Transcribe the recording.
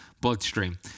bloodstream